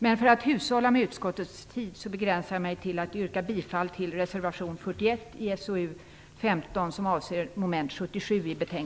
Men för att hushålla med utskottets tid begränsar jag mig till att yrka bifall till reservation 41 i betänkande SoU15